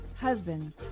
husband